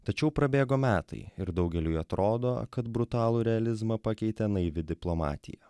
tačiau prabėgo metai ir daugeliui atrodo kad brutalų realizmą pakeitė naivi diplomatija